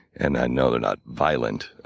and i know they're not violent,